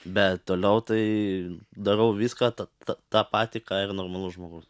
bet toliau tai darau viską ta ta tą patį ką ir normalus žmogus